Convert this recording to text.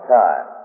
time